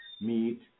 meat